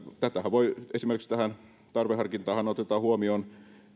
esimerkiksi tähän tarveharkintaanhan otetaan huomioon